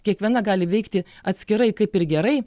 kiekviena gali veikti atskirai kaip ir gerai